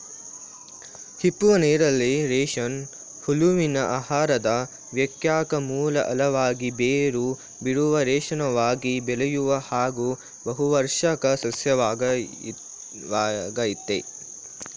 ಹಿಪ್ಪುನೇರಳೆ ರೇಷ್ಮೆ ಹುಳುವಿನ ಆಹಾರದ ಏಕೈಕ ಮೂಲ ಆಳವಾಗಿ ಬೇರು ಬಿಡುವ ಶೀಘ್ರವಾಗಿ ಬೆಳೆಯುವ ಹಾಗೂ ಬಹುವಾರ್ಷಿಕ ಸಸ್ಯವಾಗಯ್ತೆ